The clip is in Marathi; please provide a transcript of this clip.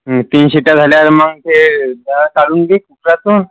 तीन शिट्ट्या झाल्यावर मग ते डाळ काढून घे कुकरातून